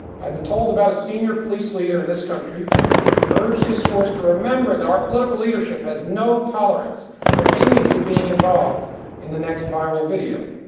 i've been told about a senior police leader in this country who urged his force to remember that our political leadership has no tolerance for any of you being involved in the next viral video.